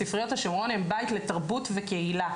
ספריות השומרון הן בית לתרבות וקהילה.